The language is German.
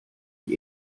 die